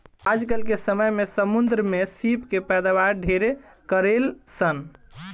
आजकल के समय में समुंद्र में सीप के पैदावार ढेरे करेलसन